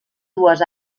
dues